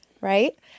right